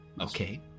Okay